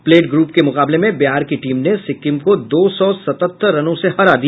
plate group के मुकाबले में बिहार की टीम ने सिक्किम को दो सौ सतहत्तर रनों से हरा दिया